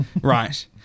Right